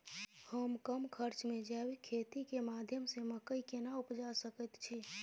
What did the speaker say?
हम कम खर्च में जैविक खेती के माध्यम से मकई केना उपजा सकेत छी?